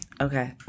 Okay